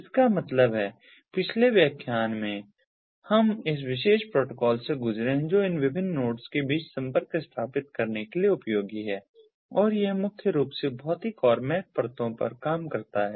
इसका मतलब है पिछले व्याख्यान में हम इस विशेष प्रोटोकॉल से गुजरे हैं जो विभिन्न नोड्स के बीच संपर्क स्थापित करने के लिए उपयोगी है और यह मुख्य रूप से भौतिक और मैक परतों पर काम करता है